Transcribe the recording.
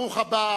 ברוך הבא